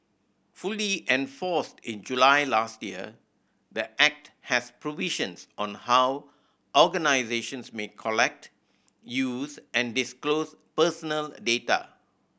fully enforced in July last year the Act has provisions on how organisations may collect use and disclose personal data